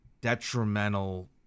detrimental